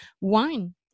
wine